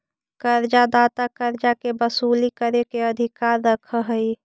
कर्जा दाता कर्जा के वसूली करे के अधिकार रखऽ हई